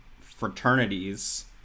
fraternities